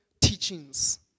teachings